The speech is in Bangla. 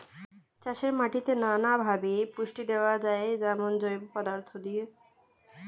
চাষের মাটিতে নানা ভাবে পুষ্টি দেওয়া যায়, যেমন জৈব পদার্থ দিয়ে